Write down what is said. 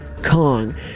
kong